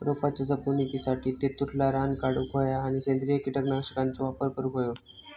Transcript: रोपाच्या जपणुकीसाठी तेतुरला रान काढूक होया आणि सेंद्रिय कीटकनाशकांचो वापर करुक होयो